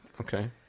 okay